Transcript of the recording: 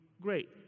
great